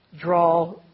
draw